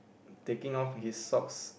taking off his socks